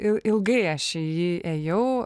il ilgai aš jį ėjau